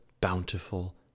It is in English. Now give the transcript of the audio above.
bountiful